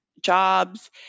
jobs